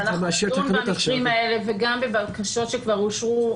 נדון במקרים האלה וגם בבקשות שכבר אושרו,